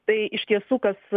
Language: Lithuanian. tai iš tiesų kas